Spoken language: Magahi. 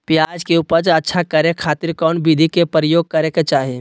प्याज के उपज अच्छा करे खातिर कौन विधि के प्रयोग करे के चाही?